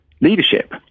leadership